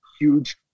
huge